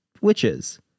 witches